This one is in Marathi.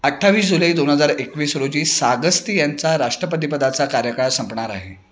अठ्ठावीस जुलै दोन हजार एकवीस रोजी सागस्ती यांचा राष्ट्रपतीपदाचा कार्यकाळ संपणार आहे